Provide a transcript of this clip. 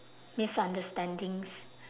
misunderstandings